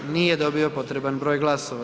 Nije dobio potreban broj glasova.